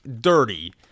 dirty